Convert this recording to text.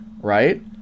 right